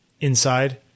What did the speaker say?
inside